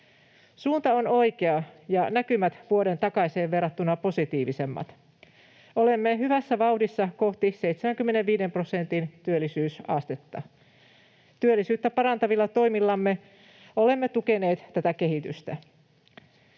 Suunta on oikea ja näkymät vuoden takaiseen verrattuna positiivisemmat. Olemme hyvässä vauhdissa kohti 75 prosentin työllisyysastetta. Työllisyyttä parantavilla toimillamme olemme tukeneet tätä kehitystä.